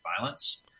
Violence